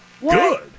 good